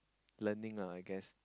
learning lah I guess